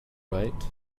right